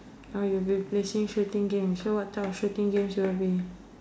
oh you have been playing shooting games so what type of shooting games you have been